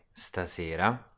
stasera